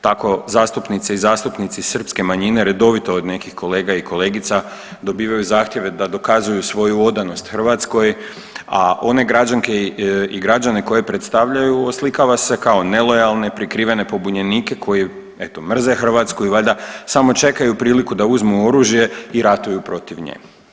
Tako zastupnice i zastupnici srpske manjine redovito od nekih kolega i kolegica dobivaju zahtjeve da dokazuju svoju odanost Hrvatskoj, a one građanke i građane koje predstavljaju oslikava se kao nelojalne prikrivene pobunjenike koji eto mrze Hrvatsku i valjda samo čekaju priliku da uzmu oružje i ratuju protiv nje.